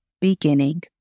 Beginning